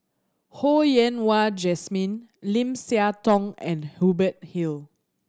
Ho Yen Wah Jesmine Lim Siah Tong and Hubert Hill